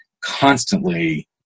constantly